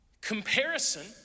Comparison